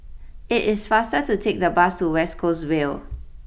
it is faster to take the bus to West Coast Vale